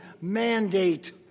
mandate